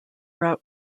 route